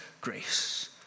grace